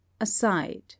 Aside